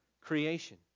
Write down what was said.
creation